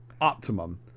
optimum